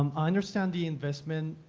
um understand the investment,